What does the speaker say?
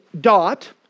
dot